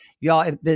Y'all